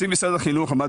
משרד החינוך עמד